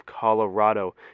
Colorado